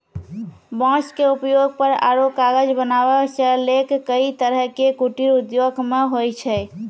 बांस के उपयोग घर आरो कागज बनावै सॅ लैक कई तरह के कुटीर उद्योग मॅ होय छै